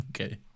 okay